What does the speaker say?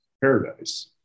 paradise